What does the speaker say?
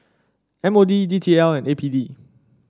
M O D D T L and A P D